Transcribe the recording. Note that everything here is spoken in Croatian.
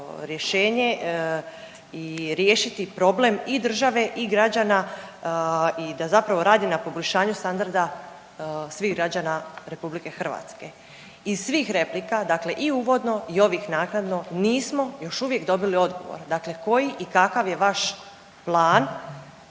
rješenje i riješiti problem i države i građana i da zapravo radi na poboljšanju standarda svih građana RH. Iz svih replika dakle i uvodno i ovih naknadno nismo još uvijek dobili odgovor, dakle koji i kakav je vaš plan,